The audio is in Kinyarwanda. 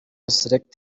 select